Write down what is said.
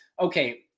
okay